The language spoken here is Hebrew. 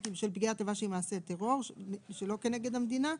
הנזיקין על פגיעה שהיא מעשה טרור שלא כנגד המדינה,